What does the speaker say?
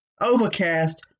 Overcast